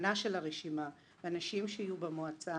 ההכנה של הרשימה והאנשים שיהיו במועצה